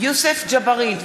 יוסף ג'בארין,